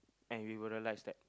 and you will realise that